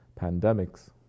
pandemics